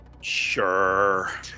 Sure